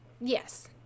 Yes